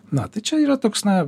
na tai čia yra toks na